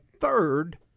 third